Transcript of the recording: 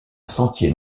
sentier